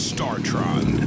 StarTron